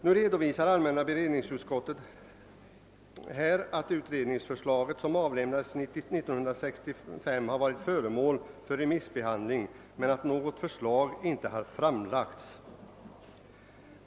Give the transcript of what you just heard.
Nu redovisar allmänna beredningsutskottet i sitt utlåtande att utredningens betänkande, som avlämnades 1965, har varit föremål för remissbehandling men att något förslag inte framlagts.